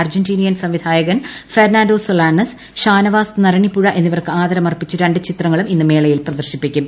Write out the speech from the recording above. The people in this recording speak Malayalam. അർജന്റീനിയൻ സംവിധായകൻ ഫെർണാണ്ടോ സൊളാനസ് ഷാനവാസ് നരണിപ്പുഴ എന്നിവർക്ക് ആദരമർപ്പിച്ച് രണ്ട് ചിത്രങ്ങളും ഇന്ന് മേളയിൽ പ്രദർശിപ്പിക്കും